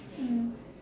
mm